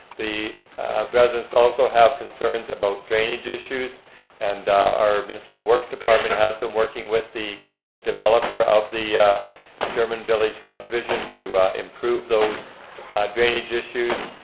the residents also have concerns about drainage issues and our municipal works department has been working with the developer of the german village subdivision to improve those drainage issues.